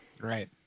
Right